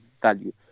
value